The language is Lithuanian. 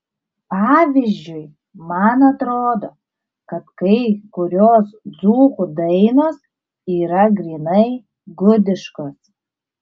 pavyzdžiui man atrodo kad kai kurios dzūkų dainos yra grynai gudiškos